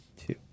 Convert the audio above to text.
two